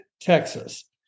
Texas